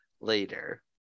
later